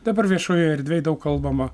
dabar viešojoj erdvėj daug kalbama